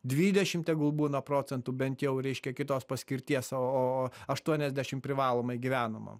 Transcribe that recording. dvidešim tegul būna procentų bent jau reiškia kitos paskirties o o o aštuoniasdešim privalomai gyvenamam